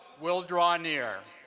will draw near.